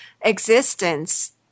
existence